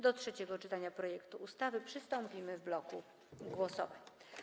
Do trzeciego czytania projektu ustawy przystąpimy w bloku głosowań.